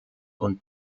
und